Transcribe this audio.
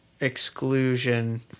exclusion